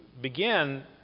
begin